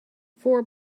for